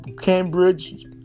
Cambridge